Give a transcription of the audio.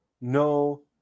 no